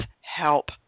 help